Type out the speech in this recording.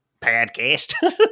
podcast